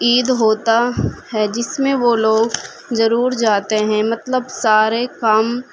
عید ہوتا ہے جس میں وہ لوگ ضرور جاتے ہیں مطلب سارے کام